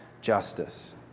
justice